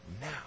now